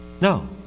no